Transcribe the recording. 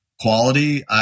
quality